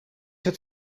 het